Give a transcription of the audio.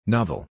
Novel